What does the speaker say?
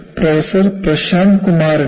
professor Prashanth കുമാറിന്റെ Prof